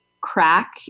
crack